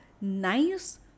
nice